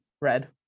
Red